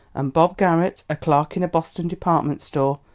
and bob garrett, a clerk in a boston department store,